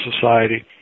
society